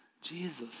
Jesus